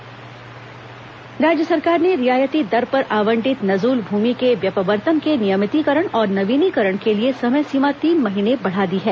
नजूल भूमि नियमितीकरण राज्य सरकार ने रियायती दर पर आवंटित नजूल भूमि के व्यपवर्तन के नियमितीकरण और नवीनीकरण के लिए समय सीमा तीन महीने बढ़ा दी है